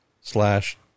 slash